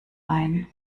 ein